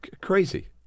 Crazy